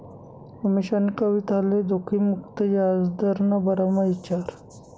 अमीशानी कविताले जोखिम मुक्त याजदरना बारामा ईचारं